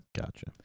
gotcha